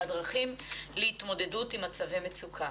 והדרכים להתמודדות עם מצבי מצוקה.